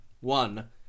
One